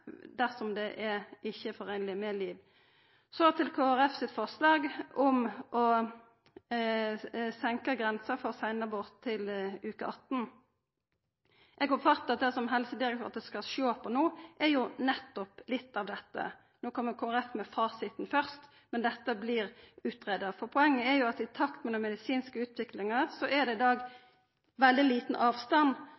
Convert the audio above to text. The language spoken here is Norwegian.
dersom det ikkje er foreinleg med liv. Så til Kristeleg Folkeparti sitt forslag om å senka grensa for seinabort til veke 18. Eg oppfattar at det som Helsedirektoratet skal sjå på no, nettopp er litt av dette. No kjem Kristeleg Folkeparti med fasiten først, men dette blir utgreidd. Poenget er jo at i takt med den medisinske utviklinga er det i dag